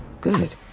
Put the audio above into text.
Good